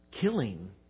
killing